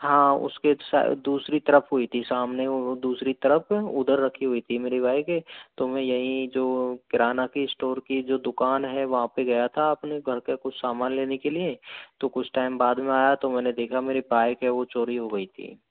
हाँ उसके सा दूसरी तरफ हुई थी सामने वो दूसरी तरफ उधर रखी हुई थी मेरी बाइक तो मैं यहीं जो किरान की स्टोर की जो दुकान है वहाँ पे गया था अपने घर के कुछ सामान लेने के लिए तो कुछ टाइम बाद में आया तो मैंने देखा मेरी बाइक है वो चोरी हो गई थी